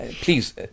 please